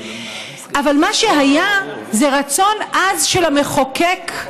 אבל מה שהיה זה רצון עז של המחוקק,